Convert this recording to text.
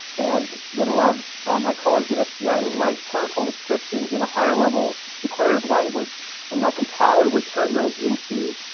and that allowed my colleagues at sgi ah to ah write protocol descriptions in a higher level declared language and my compiler would turn those into